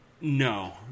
no